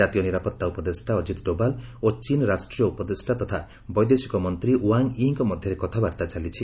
ଜାତୀୟ ନିରାପତ୍ତା ଉପଦେଷ୍ଟା ଅଜିତ୍ ଡୋବାଲ୍ ଓ ଚୀନ୍ ରାଷ୍ଟ୍ରୀୟ ଉପଦେଷ୍ଟା ତତା ବୈଦେଶିକ ମନ୍ତ୍ରୀ ୱାଙ୍ଗ୍ ୟି'ଙ୍କ ମଧ୍ୟରେ କଥାବାର୍ଭା ଚାଲିଛି